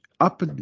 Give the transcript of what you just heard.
up